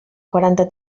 quaranta